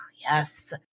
yes